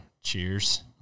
cheers